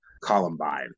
columbine